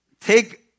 Take